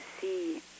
see